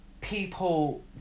people